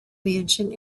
mansion